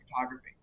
photography